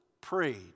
prayed